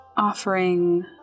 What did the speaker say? Offering